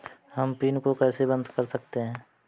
हम पिन को कैसे बंद कर सकते हैं?